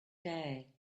day